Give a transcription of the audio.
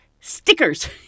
Stickers